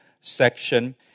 section